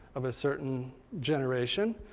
of a certain generation,